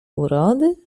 urody